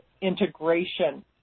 integration